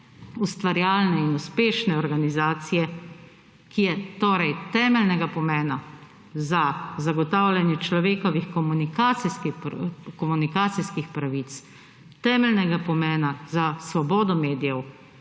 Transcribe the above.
ustvarjalne in uspešne organizacije, ki je torej temeljnega pomena za zagotavljanje človekovih komunikacijskih pravic, temeljnega pomena za svobodo medijev